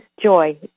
joy